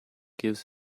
gives